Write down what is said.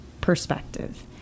perspective